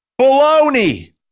baloney